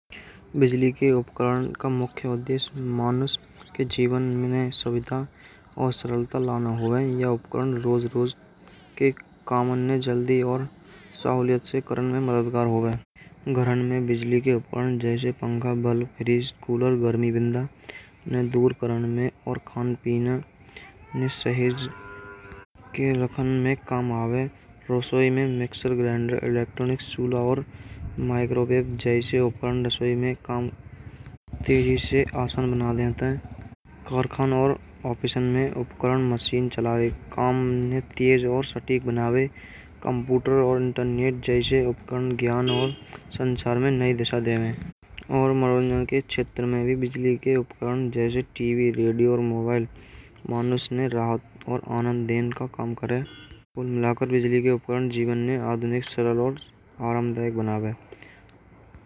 बिजली के उपकरण का मुख्य उद्देश्य, मनुष्य के जीवन कामन ने जल्दी और, संवलियत से कारण में आकार हो गए। घर में बिजली के उपकरण जैसे पंखा, बाल प्रेस, कूलर, रसोई में मिक्सचर ग्राइंडर, इलेक्ट्रॉनिक और माइक्रोवेव जैसे ओवन में काम तेरी शीत आसान बना देता है। और खाना और ऑफिस। में उपकरण मशीन, चलाए कम निपटज, और सटीक बनावे। कंप्यूटर और इंटरनेट जैसे उपकरण, ज्ञान और संसार में नई दिशा देवे हैं। और मनोरंजन के क्षेत्र में भी बिजली के उपकरण जैसे टीवी, रेडियो, मोबाइल मानस ने रात का कम करें । मिलाकर बिजली के उपकरण, जीवन में आधुनिक लार्ड, और हम देख बनाए।